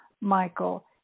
Michael